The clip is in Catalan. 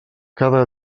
cada